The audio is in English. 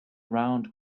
round